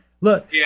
look